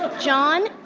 john,